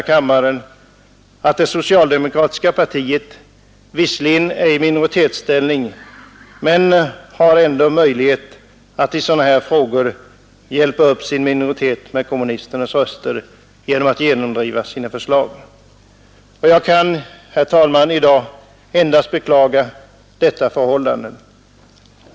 Visserligen är det socialdemokratiska partiet i minoritetsställning här i kammaren, men tyvärr har de ändå möjlighet att i sådana här frågor hjälpa upp sin minoritet med kommunisternas röster och på så sätt genomdriva sina förslag. Jag kan endast beklaga detta förhållande.